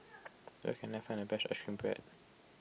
where can I find the best Ice Cream Bread